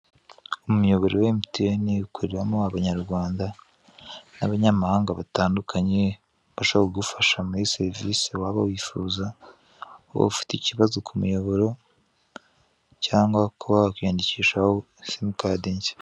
Umuyoboro wa emutiyene ukoreramo abanyarwanda n'abanyamahanga batandukanye, bashobora kugufasha mu serivise waba wifuza, waba ufite ikibazo ku muyoboro cyangwa kuba wakwiyandikishaho simukadi nshya.